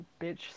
bitch